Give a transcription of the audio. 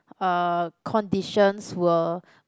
uh conditions were